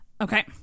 okay